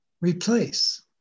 replace